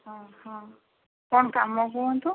ହଁ ହଁ କ'ଣ କାମ କୁହନ୍ତୁ